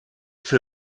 für